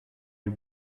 you